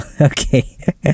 Okay